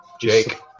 Jake